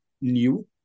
new